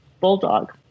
bulldog